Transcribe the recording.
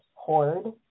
hoard